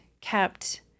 kept